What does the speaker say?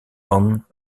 von